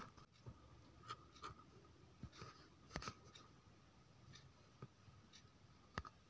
तमिलनाडुर राज कक्कर स्टेट कॉफीर तने बहुत मनाल जाछेक